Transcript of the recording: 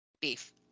beef